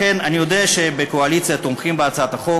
לכן, אני יודע שבקואליציה תומכים בהצעת החוק.